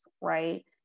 right